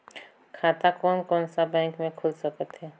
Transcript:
खाता कोन कोन सा बैंक के खुल सकथे?